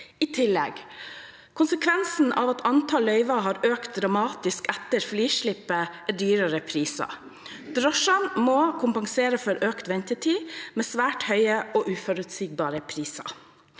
I tillegg: Konsekvensen av at antall løyver har økt dramatisk etter frislippet, er høyere priser. Drosjene må kompensere for økt ventetid med svært høye og uforutsigbare priser.